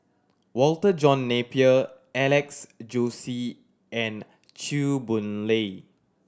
Walter John Napier Alex Josey and Chew Boon Lay